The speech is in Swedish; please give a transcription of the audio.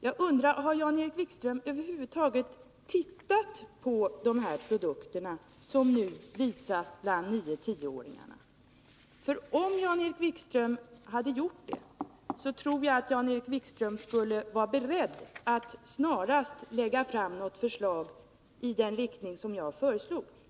Jag undrar om han över huvud taget har sett på de produkter som nu visas för 9-10-åringar. Om Jan-Erik Wikström hade gjort det, tror jag att han skulle vara beredd att snarast lägga fram ett förslag i den riktning jag föreslagit.